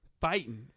Fighting